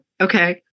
Okay